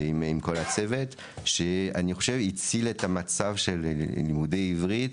עם כל הצוות שאני חושב שהציל את המצב של לימודי עברית,